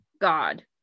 God